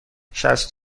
شصت